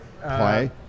play